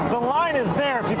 the line is